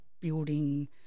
building